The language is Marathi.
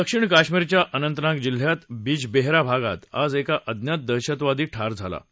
दक्षिण काश्मीरच्या अनंतनाग जिल्ह्यात बीजबेहरा भागात आज एक अज्ञात दहशतवादी ठार झाला आहे